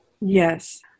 yes